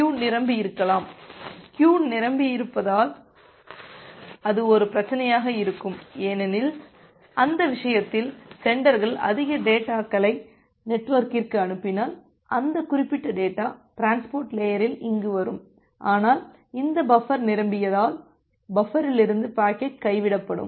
queue நிரம்பியிருந்தால் அது ஒரு பிரச்சனையாக இருக்கும் ஏனெனில் அந்த விஷயத்தில் சென்டர்கள் அதிக டேட்டாகளை நெட்வொர்க்கிற்கு அனுப்பினால் அந்த குறிப்பிட்ட டேட்டா டிரான்ஸ்போர்ட் லேயரில் இங்கு வரும் ஆனால் இந்த பஃபர் நிரம்பியதால் பஃபரிலிருந்து பாக்கெட் கைவிடப்படும்